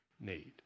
need